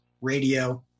radio